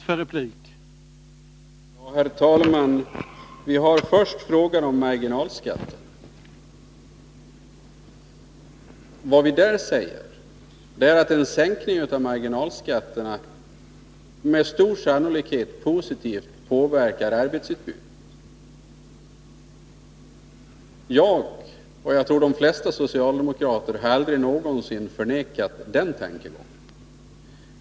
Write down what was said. Herr talman! Vi har först frågan om marginalskatterna. Vad vi säger är att en sänkning av marginalskatterna med stor sannolikhet positivt påverkar arbetsutbudet. Jag, och jag tror de flesta socialdemokrater, har aldrig någonsin förnekat den tankegången.